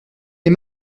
est